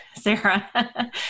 Sarah